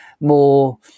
more